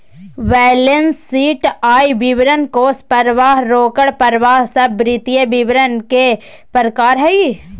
balance sheet, आय विवरण, कोष परवाह, रोकड़ परवाह सब वित्तीय विवरण के प्रकार हय